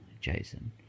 Jason